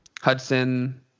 Hudson